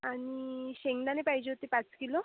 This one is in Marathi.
आणि शेंगदाणे पाहिजे होते पाच किलो